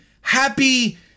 happy